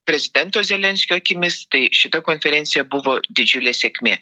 prezidento zelenskio akimis tai šita konferencija buvo didžiulė sėkmė